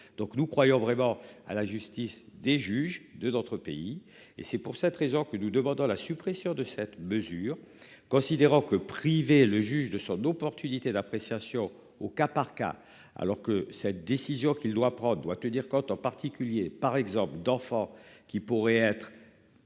Donc nous croyons vraiment à la justice des juges de d'autres pays et c'est pour cette raison que nous demandons la suppression de cette mesure, considérant que privé le juge de sorte d'opportunités d'appréciation au cas par cas, alors que cette décision qu'il doit prendre doit tenir compte, en particulier par exemple d'enfants qui pourraient être.